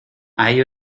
hay